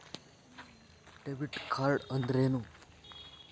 Debit card ಅಂದ್ರೇನು?